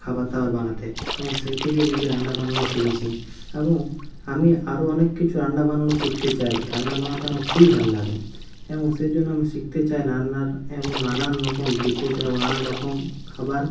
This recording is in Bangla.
খাবার দাবার বানাতে এবং সে থেকে নিজে রান্না বান্নাও শিখেছি এবং আমি আরও অনেক কিছু রান্না বান্না শিখতে চাই রান্না বানাতে আমার খুবই ভালো লাগে এবং সেই জন্য আমি শিখতে চাই রান্নার এবং নানান রকম ডিশেজ এবং নানান রকম খাবার